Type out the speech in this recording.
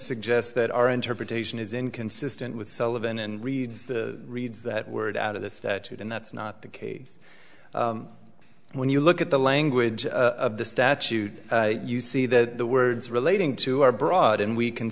suggests that our interpretation is inconsistent with sullivan and reads the reads that word out of the statute and that's not the case when you look at the language of the statute you see that the words relating to are broad and we